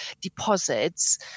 deposits